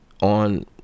on